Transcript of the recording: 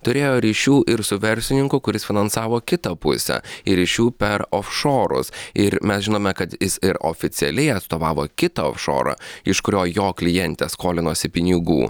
turėjo ryšių ir su verslininku kuris finansavo kitą pusę ir ryšių per ofšorus ir mes žinome kad jis ir oficialiai atstovavo kitą ofšorą iš kurio jo klientė skolinosi pinigų